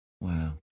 Wow